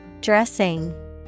Dressing